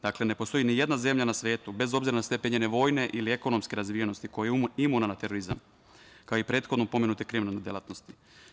Dakle, ne postoji ni jedna zemlja na svetu, bez obzira na stepen njene vojne ili ekonomske razvijenosti, koja je imuna na terorizam, kao i prethodno pomenute kriminalne delatnosti.